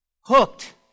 Hooked